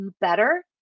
better